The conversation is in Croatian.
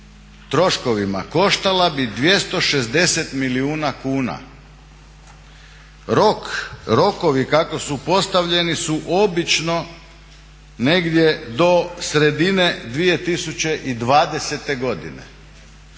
troškovima koštala bi 260 milijuna kuna, rokovi kako su postavljeni su obično negdje do sredine 2020.godine,